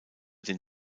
den